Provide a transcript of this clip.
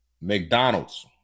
McDonald's